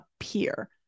appear